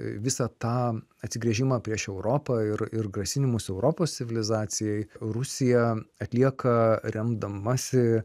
visą tą atsigręžimą prieš europą ir ir grasinimus europos civilizacijai rusija atlieka remdamasi